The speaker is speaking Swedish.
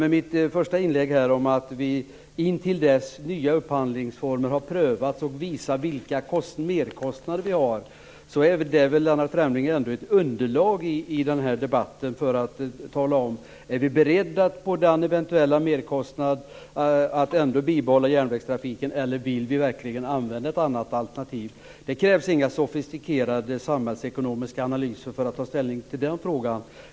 I mitt förra inlägg talade jag om att vänta intill dess att nya upphandlingsformer har prövats och visat vilka merkostnader vi har. Det, Lennart Fremling, är väl ändå ett underlag i den här debatten för att diskutera om vi är beredda på den eventuella merkostnad det innebär att bibehålla järnvägstrafiken eller om vi vill använda ett annat alternativ. Det krävs inga sofistikerade samhällsekonomiska analyser för att ta ställning till den frågan.